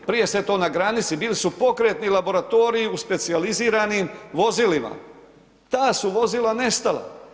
Prije se to na granici, bili su pokretni laboratoriji u specijaliziranim vozilima, ta su vozila nestala.